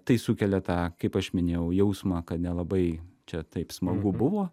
tai sukelia tą kaip aš minėjau jausmą kad nelabai čia taip smagu buvo